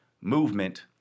movement